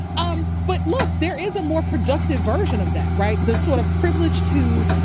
um but look, there is a more productive version of that, right? the sort of privileged who.